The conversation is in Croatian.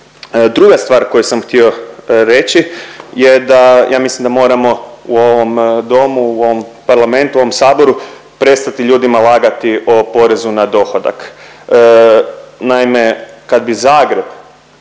Druga stvar koju sam htio reći je da, ja mislim da moramo u ovom Domu, u ovom parlamentu, ovom Saboru prestati ljudima lagati o porezu na dohodak. Naime, kad bi Zagreb